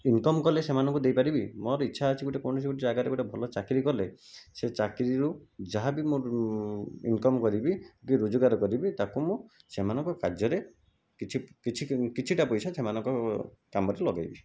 income କଲେ ସେମାନଙ୍କୁ ଦେଇପାରିବି ମୋର ଇଚ୍ଛା ଅଛି ଗୋଟେ କୌଣସି ଗୋଟେ ଜାଗାରେ ଗୋଟେ ଭଲ ଚାକିରି କଲେ ସେ ଚାକିରିରୁ ଯାହାବି ମୋର ଇନକମ୍ କରିବି କି ରୋଜଗାର କରିବି ତାକୁ ମୁଁ ସେମାନଙ୍କୁ କାର୍ଯ୍ୟରେ କିଛି କିଛି କିଛିଟା ପଇସା ସେମାନଙ୍କ କାମରେ ଲଗେଇବି